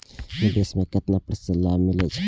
निवेश में केतना प्रतिशत लाभ मिले छै?